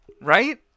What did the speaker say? Right